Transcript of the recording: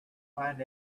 find